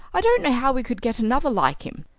i don't know how we could get another like him.